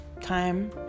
time